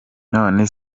none